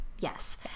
yes